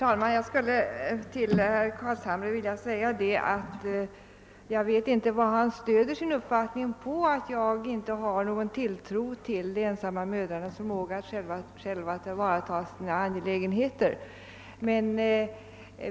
Herr talman! Jag vet inte vad herr Carlshamre stöder sin uppfattning på när han säger att jag inte har någon tilltro till de ensamma mödrarnas förmåga att själva sköta sina angelägenheter.